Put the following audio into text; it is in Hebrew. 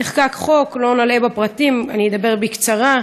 נחקק חוק, לא נלאה בפרטים, אדבר בקצרה.